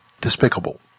despicable